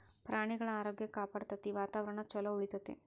ಪ್ರಾಣಿಗಳ ಆರೋಗ್ಯ ಕಾಪಾಡತತಿ, ವಾತಾವರಣಾ ಚುಲೊ ಉಳಿತೆತಿ